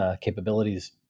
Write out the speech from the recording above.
capabilities